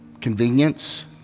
convenience